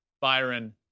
Byron